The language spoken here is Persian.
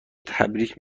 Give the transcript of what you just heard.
تبریک